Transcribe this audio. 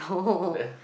meh